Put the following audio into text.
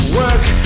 work